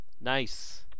Nice